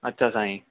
अच्छा साईं